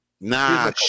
Nah